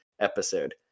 episode